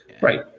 Right